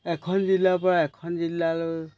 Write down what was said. এখন জিলাৰপৰা এখন জিলালৈ